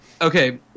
Okay